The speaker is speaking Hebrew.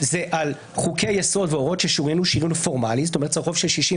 זה על חוקי יסוד והוראות ששוריינו שריון פורמלי שצריך רוב של 61